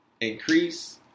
increase